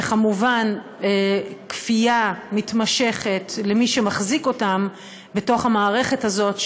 וכמובן כפייה מתמשכת על ידי מי שמחזיק אותן בתוך המערכת הזאת,